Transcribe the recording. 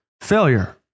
failure